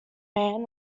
man